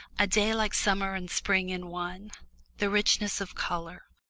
a day like summer and spring in one the richness of colour,